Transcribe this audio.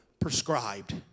prescribed